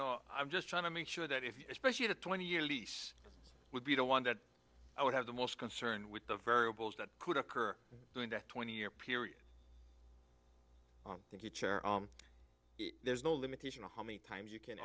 know i'm just trying to make sure that if you especially a twenty year lease would be the one that i would have the most concern with the variables that could occur during that twenty year period there's no limitation on how many times you can